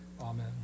Amen